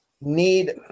need